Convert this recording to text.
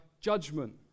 judgment